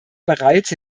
bereits